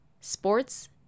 Sports